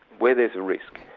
where there's a risk,